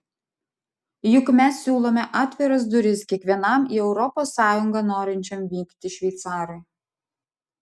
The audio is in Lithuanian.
juk mes siūlome atviras duris kiekvienam į europos sąjungą norinčiam vykti šveicarui